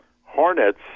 hornets